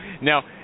Now